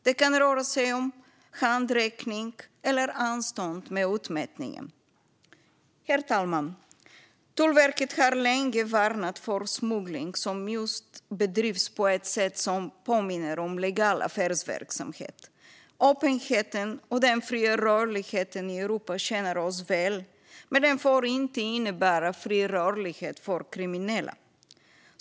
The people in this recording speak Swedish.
Det kan röra sig om handräckning eller anstånd med utmätningen. Herr talman! Tullverket har längre varnat för smuggling som bedrivs på ett sätt som påminner om legal affärsverksamhet. Öppenheten och den fria rörligheten i Europa tjänar oss väl, men den får inte innebära fri rörlighet för kriminella.